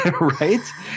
right